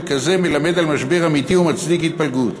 כזה מלמד על משבר אמיתי ומצדיק התפלגות.